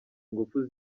ingufu